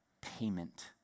payment